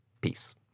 peace